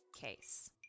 case